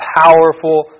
powerful